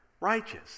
righteous